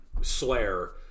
Slayer